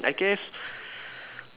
I guess